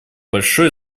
большое